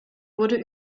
wurde